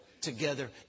together